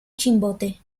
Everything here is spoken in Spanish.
chimbote